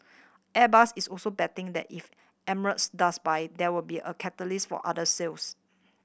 airbus is also betting that if Emirates does buy there will be a catalyst for other sales